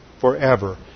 forever